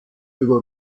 über